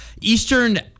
Eastern